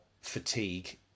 fatigue